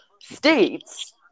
states